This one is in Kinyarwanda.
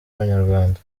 abanyarwanda